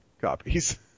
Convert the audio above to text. copies